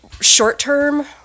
short-term